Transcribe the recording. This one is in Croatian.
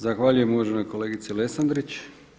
Zahvaljujem uvaženoj kolegici Lesandrić.